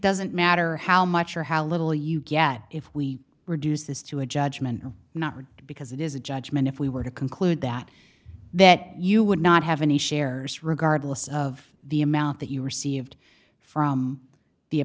matter how much or how little you get if we reduce this to a judgment not because it is a judgment if we were to conclude that that you would not have any shares regardless of the amount that you received from the